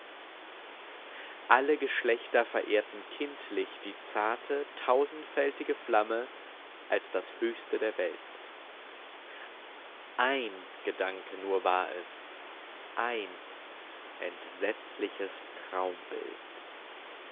alle geschlechter verehrten kindlich die zarte tausendfältige flamme als das höchste der welt ein gedanke nur war es ein entsetzliches traumbild